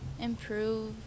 improve